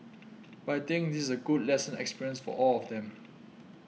but I think this is a good lesson experience for all of them